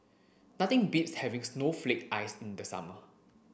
nothing beats having snowflake ice in the summer